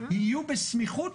יהיו בסמיכות